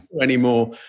anymore